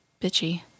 bitchy